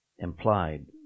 implied